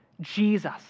Jesus